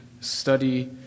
study